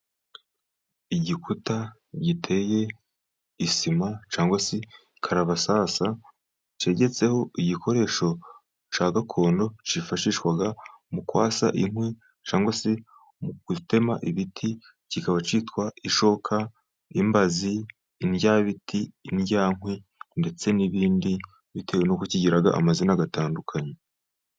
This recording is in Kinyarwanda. Igikuta giteye isima cyangwa se karabasasa, cyegetseho igikoresho cya gakondo cyifashishwa mu kwasa inkwi, cyangwa se mu gutema ibiti, kikaba cyitwa ishoka, imbazi, indyabiti, indyankwi ndetse n'ibindi, bitewe n'uko kigira amazina atandukanye.